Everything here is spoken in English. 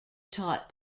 taught